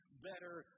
Better